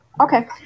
Okay